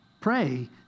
Pray